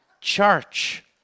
church